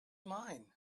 mine